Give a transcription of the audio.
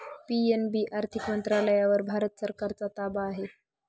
PNB आर्थिक मंत्रालयावर भारत सरकारचा ताबा आहे